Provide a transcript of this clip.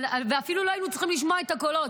ואפילו לא היו צריכים לשמוע את הקולות,